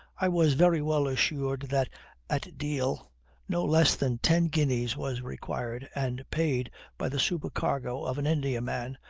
i was very well assured that at deal no less than ten guineas was required, and paid by the supercargo of an indiaman,